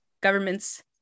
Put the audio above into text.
governments